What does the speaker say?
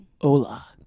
Hola